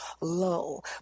low